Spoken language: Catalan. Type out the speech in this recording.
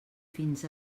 fins